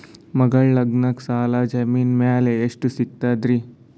ಮಗಳ ಲಗ್ನಕ್ಕ ಸಾಲ ಜಮೀನ ಮ್ಯಾಲ ಎಷ್ಟ ಸಿಗ್ತದ್ರಿ?